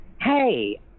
hey